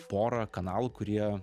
pora kanalų kurie